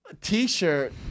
T-shirt